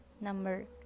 Number